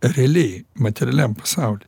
realiai materialiam pasauly